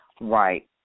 Right